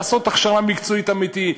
לעשות הכשרה מקצועית אמיתית,